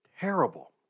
terrible